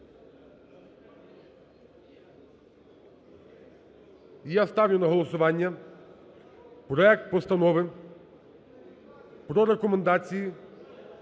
я ставлю на голосування проект Постанови про Рекомендації